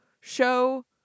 show